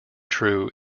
true